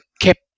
kept